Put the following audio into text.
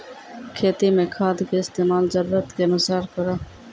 खेती मे खाद के इस्तेमाल जरूरत के अनुसार करऽ